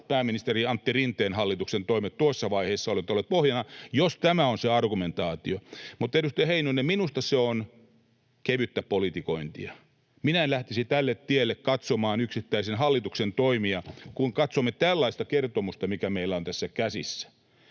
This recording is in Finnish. pääministeri Antti Rinteen hallituksen toimet tuossa vaiheessa ole olleet pohjana. Siis jos tämä on se argumentaatio — mutta, edustaja Heinonen, minusta se on kevyttä politikointia. Minä en lähtisi tälle tielle katsomaan yksittäisen hallituksen toimia, kun katsomme tällaista kertomusta, mikä meillä on tässä käsissä.